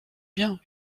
bien